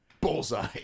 bullseye